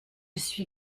suis